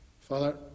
Father